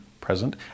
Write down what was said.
present